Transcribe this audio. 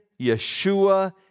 Yeshua